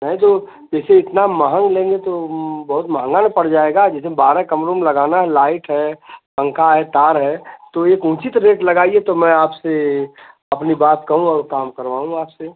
नहीं तो जैसे इतना महँगा लेंगे तो बहुत महँगा ना पड़ जाएगा जैसे बारह कमरों में लगाना है लाइट है पंखा है तार है तो एक उचित रेट लगाइए तो मैं आपसे अपनी बात कहूँ और काम करवाऊँ आपसे